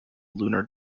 lunar